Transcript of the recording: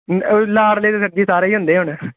ਲਾਡਲੇ ਤਾਂ ਸਰ ਜੀ ਸਾਰੇ ਹੀ ਹੁੰਦੇ ਹੁਣ